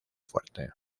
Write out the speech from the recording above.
fuerte